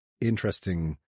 interesting